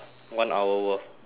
one hour worth